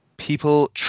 People